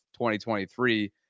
2023